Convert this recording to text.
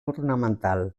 ornamental